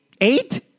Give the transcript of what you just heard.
Eight